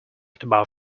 about